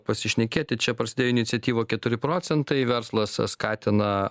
pasišnekėti čia prasidėjo iniciatyva keturi procentai verslas skatina